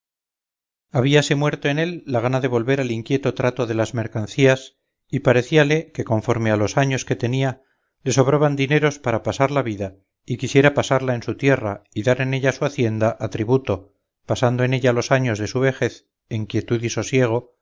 ladrones habíase muerto en él la gana de volver al inquieto trato de las mercancías y parecíale que conforme a los años que tenía le sobraban dineros para pasar la vida y quisiera pasarla en su tierra y dar en ella su hacienda a tributo pasando en ella los años de su vejez en quietud y sosiego